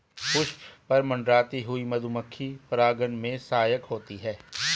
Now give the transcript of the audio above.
पुष्प पर मंडराती हुई मधुमक्खी परागन में सहायक होती है